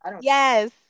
Yes